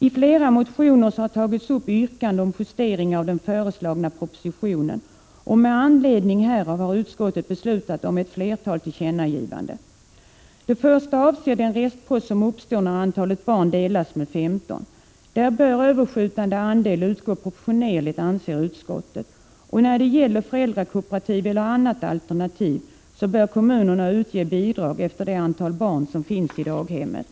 I flera motioner har tagits upp yrkanden om justeringar av den föreslagna propositionen, och med anledning härav har utskottet beslutat om ett flertal tillkännagivanden. Det första avser den restpost som uppstår när antalet barn delas med femton. Där bör överskjutande andel utgå proportionerligt, anser utskottet. Och när det gäller föräldrakooperativ eller annat alternativ bör kommunerna utge bidrag efter det antal barn som finns i daghemmet.